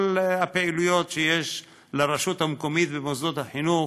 הפעילויות שיש לרשות המקומית ומוסדות החינוך